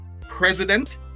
president